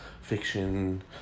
fiction